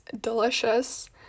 delicious